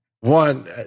one